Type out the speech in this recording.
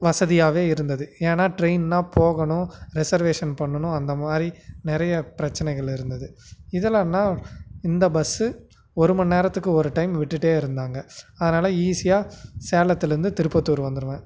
வசதியாகவே இருந்தது ஏனால் ட்ரெயின்னால் போகணும் ரிசர்வேஷன் பண்ணணும் அந்த மாதிரி நிறைய பிரச்சினைகள் இருந்தது இதுலைனா இந்த பஸ்ஸு ஒருமணிநேரத்துக்கு ஒரு டைம் விட்டுகிட்டே இருந்தாங்க அதனால ஈஸியாக சேலத்திலேருந்து திருப்பத்தூர் வந்துடுவேன்